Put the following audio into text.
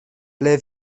ble